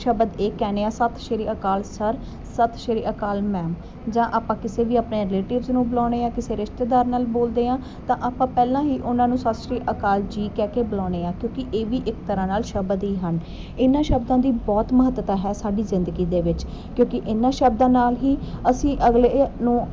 ਸ਼ਬਦ ਇਹ ਕਹਿੰਦੇ ਹਾਂ ਸਤਿ ਸ਼੍ਰੀ ਅਕਾਲ ਸਰ ਸਤਿ ਸ਼੍ਰੀ ਅਕਾਲ ਮੈਮ ਜਾਂ ਆਪਾਂ ਕਿਸੇ ਵੀ ਆਪਣੇ ਰਿਲੇਟਿਵਸ ਨੂੰ ਬੁਲਾਉਂਦੇ ਹਾਂ ਕਿਸੇ ਰਿਸ਼ਤੇਦਾਰ ਨਾਲ ਬੋਲਦੇ ਹਾਂ ਤਾਂ ਆਪਾਂ ਪਹਿਲਾਂ ਹੀ ਉਹਨਾਂ ਨੂੰ ਸਤਿ ਸ਼੍ਰੀ ਅਕਾਲ ਜੀ ਕਹਿ ਕੇ ਬੁਲਾਉਂਦੇ ਹਾਂ ਕਿਉਂਕਿ ਇਹ ਵੀ ਇੱਕ ਤਰ੍ਹਾਂ ਨਾਲ ਸ਼ਬਦ ਹੀ ਹਨ ਇਹਨਾਂ ਸ਼ਬਦਾਂ ਦੀ ਬਹੁਤ ਮਹੱਤਤਾ ਹੈ ਸਾਡੀ ਜ਼ਿੰਦਗੀ ਦੇ ਵਿੱਚ ਕਿਉਂਕਿ ਇਹਨਾਂ ਸ਼ਬਦਾਂ ਨਾਲ ਹੀ ਅਸੀਂ ਅਗਲੇ ਨੂੰ